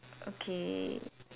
okay